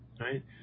right